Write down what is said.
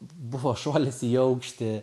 buvo šuolis į aukštį